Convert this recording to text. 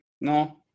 No